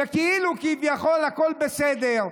שכאילו כביכול הכול בסדר.